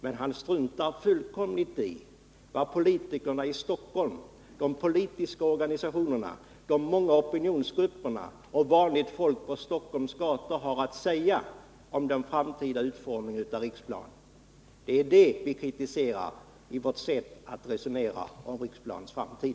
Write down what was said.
Men han struntar fullkomligt i vad politikerna i Stockholm, de politiska organisationerna, de många opinionsgrupperna och vanligt folk på Stockholms gator har att säga om den framtida utformningen av Riksplan. Det är det vi kritiserar i vårt sätt att resonera om Riksplans framtid.